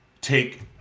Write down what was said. take